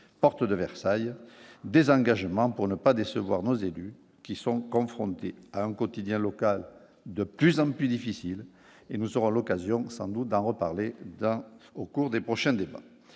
Porte de Versailles, des engagements pour ne pas décevoir nos élus qui sont confrontés à en quotidien local de plus en plus difficile et nous aurons l'occasion sans doute d'en reparler dans au cours des prochains débats